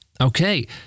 Okay